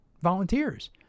volunteers